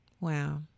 Wow